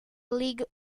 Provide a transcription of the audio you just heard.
league